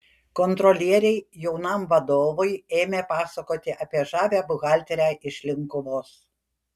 kontrolieriai jaunam vadovui ėmė pasakoti apie žavią buhalterę iš linkuvos